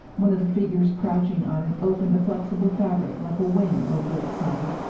one of the figures crouching on it opened a flexible fabric like a wing over its side.